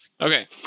Okay